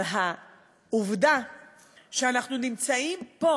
אבל העובדה שאנחנו נמצאים פה